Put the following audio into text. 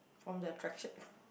from the attraction